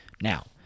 Now